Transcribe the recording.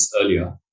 earlier